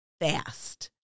fast